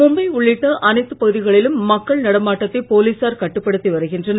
மும்பை உள்ளிட்ட அனைத்து பகுதிகளிலும் மக்கள் நடமாட்டத்தை போலீசார் கட்டுப்படுத்தி வருகின்றனர்